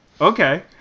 Okay